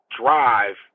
drive